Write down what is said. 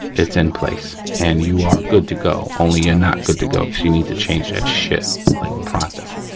it's in place. and you are good to go only you're ah not good to go cause you need to change that shit like pronto.